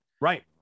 Right